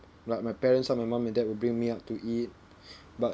like my parents ah my mum and dad would bring me out to eat but